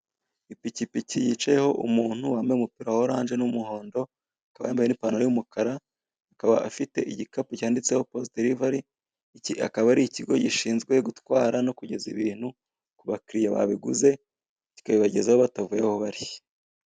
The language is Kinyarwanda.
Ipikipiki yicayeho umuntu wambaye umupira wa oranje n'umuhondo akaba yambaye n'ipantalo y'umukara, akaba afite n'igikapu cyanditseho "POZ derivari", iki akaba ari ikigo gishinzwe gutwara no kugeza ibintu ku bakiriya babiguze kikabibagezaho batavuye aho bari.